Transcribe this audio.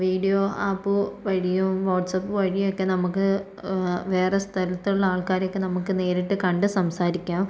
video app വഴിയും WhatsApp വഴിയും നമുക്ക് വേറെ സ്ഥലത്തുള്ള ആൾകാരെയൊക്കെ നമുക്ക് നേരിട്ട് കണ്ട് സംസാരിക്കാം